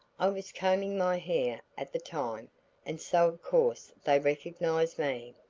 i was combing my hair at the time and so of course they recognized me.